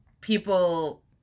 people